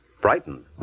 Brighton